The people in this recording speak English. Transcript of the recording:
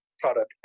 product